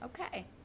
okay